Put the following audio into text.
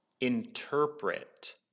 interpret